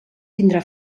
tindrà